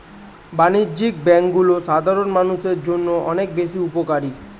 বাণিজ্যিক ব্যাংকগুলো সাধারণ মানুষের জন্য অনেক বেশি উপকারী